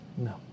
No